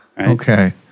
Okay